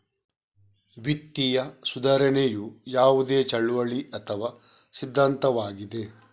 ವಿತ್ತೀಯ ಸುಧಾರಣೆಯು ಯಾವುದೇ ಚಳುವಳಿ ಅಥವಾ ಸಿದ್ಧಾಂತವಾಗಿದೆ